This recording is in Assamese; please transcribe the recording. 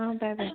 অঁ বাই বাই